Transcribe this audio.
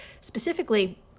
Specifically